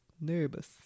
Nervous